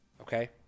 okay